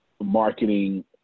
marketing